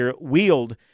wield